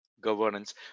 Governance